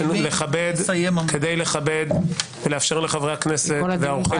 כדי לאפשר לחברי הכנסת והאורחים